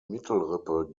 mittelrippe